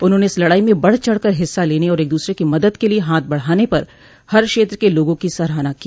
उन्होंने इस लड़ाई में बढ़ चढ़कर हिस्सा लेने और एक दूसरे की मदद के लिए हाथ बढ़ाने पर हर क्षेत्र के लोगों की सराहना की